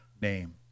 name